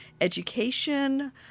education